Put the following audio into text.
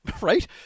right